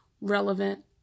relevant